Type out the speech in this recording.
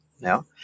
now